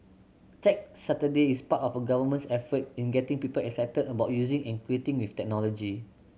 Tech Saturday is part of the Government's effort in getting people excited about using and creating with technology